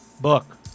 Book